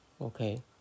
Okay